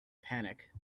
panic